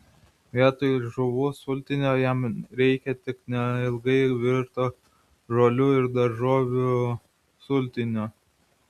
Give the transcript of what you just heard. vietoj žuvų sultinio jam reikia tik neilgai virto žolių ir daržovių sultinio